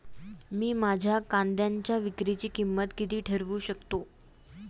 मी माझ्या कांद्यांच्या विक्रीची किंमत किती ठरवू शकतो?